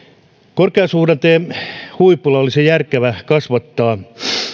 korkeasuhdanteen huipulla olisi järkevä kasvattaa